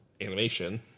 animation